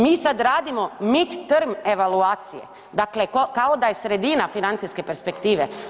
Mi sad radimo … evaluacije dakle kao da je sredina financijske perspektive.